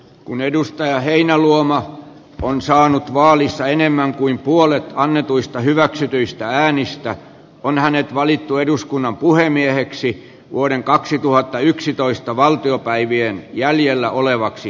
kun edustaja heinäluoma on saanut vaalissa enemmän kuin puolet annetuista hyväksytyistä äänistä on hänet valittu eduskunnan puhemieheksi vuoden kaksituhattayksitoista valtiopäivien jäljellä olevaksi